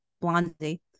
Blondie